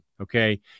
okay